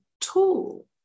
tool